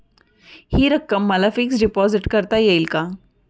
हि रक्कम मला फिक्स डिपॉझिट करता येईल का?